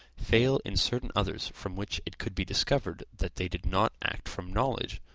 fail in certain others from which it could be discovered that they did not act from knowledge,